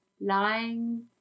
lying